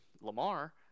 Lamar